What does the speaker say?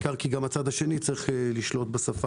בעיקר כי גם הצד השני צריך לשלוט בשפה